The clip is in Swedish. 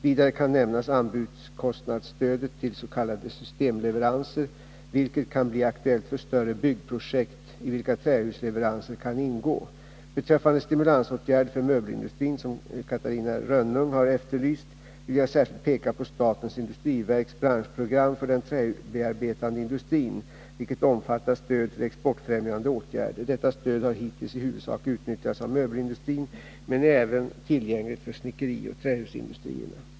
Vidare kan nämnas anbudskostnadsstödet till s.k. systemleveranser, vilket kan bli aktuellt för större byggprojekt i vilka trähusleveranser kan ingå. Beträffande stimulansåtgärder för möbelindustrin, som Catarina Rönnung har efterlyst, vill jag särskilt peka på statens industriverks branschprogram för den träbearbetande industrin, vilket omfattar stöd till exportfrämjande åtgärder. Detta stöd har hittills i huvudsak utnyttjats av möbelindustrin men är även tillgängligt för snickerioch trähusindustrierna.